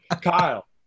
Kyle